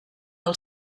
del